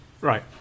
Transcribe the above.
Right